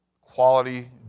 quality